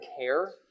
care